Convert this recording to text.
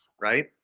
right